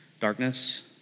darkness